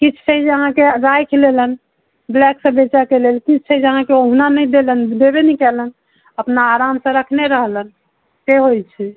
किछु छै जे अहाँके राखि लेलनि ब्लैक सँ बेचऽ के लेल किछु छै जे अहाँके ओहुना नहि देलनि देबे नहि केलनि अपना आरामसँ रखने रहलनि से होइ छै